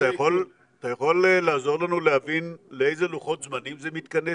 אתה יכול לעזור לנו להבין לאיזה לוחות זמנים זה מתכנס,